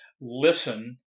Listen